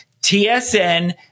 TSN